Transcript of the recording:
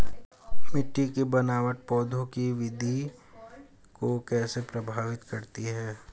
मिट्टी की बनावट पौधों की वृद्धि को कैसे प्रभावित करती है?